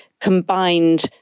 combined